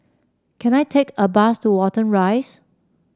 can I take a bus to Watten Rise